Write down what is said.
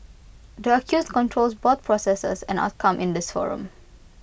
the accused controls both processes and outcome in this forum